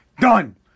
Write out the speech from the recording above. Done